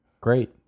Great